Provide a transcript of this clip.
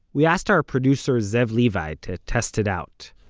we asked our producer zev levi to test it out